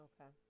Okay